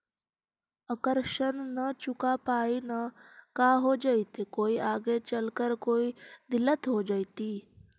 अगर ऋण न चुका पाई न का हो जयती, कोई आगे चलकर कोई दिलत हो जयती?